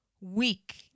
weak